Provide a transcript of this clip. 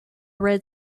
red